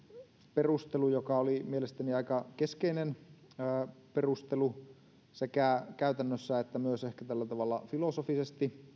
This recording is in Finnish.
perustelu joka oli mielestäni aika keskeinen perustelu tähän asiaan sekä käytännössä että myös ehkä tällä tavalla filosofisesti